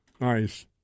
Nice